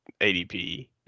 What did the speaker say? ADP